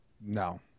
No